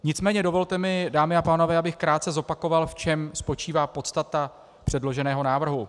Nicméně dovolte mi, dámy a pánové, abych krátce zopakoval, v čem spočívá podstata předloženého návrhu.